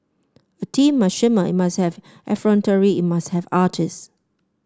a team must shimmer it must have effrontery it must have artist